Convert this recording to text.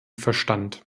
verstand